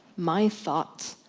my thoughts,